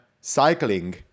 cycling